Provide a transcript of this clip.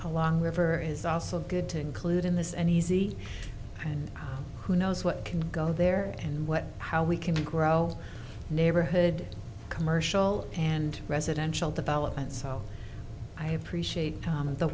along river is also good to include in this and easy and who knows what can go there and what how we can grow neighborhood commercial and residential development so i appreciate